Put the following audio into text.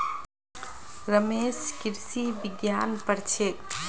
रमेश कृषि विज्ञान पढ़ छेक